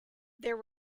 there